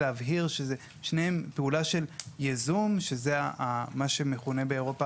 כדי להבהיר ששניהם פעולות של ייזום; מה שמכונה באירופה